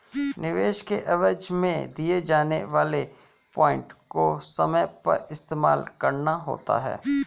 निवेश के एवज में दिए जाने वाले पॉइंट को समय पर इस्तेमाल करना होता है